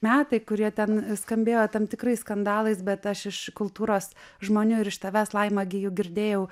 metai kurie ten skambėjo tam tikrais skandalais bet aš iš kultūros žmonių ir iš tavęs laima gi juk girdėjau